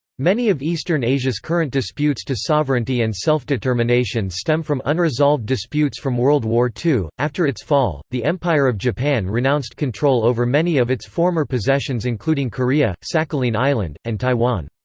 many of eastern asia's current disputes to sovereignty and self-determination stem from unresolved disputes from world war ii. after its fall, the empire of japan renounced control over many of its former possessions including korea, sakhalin island, and taiwan.